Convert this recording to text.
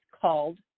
called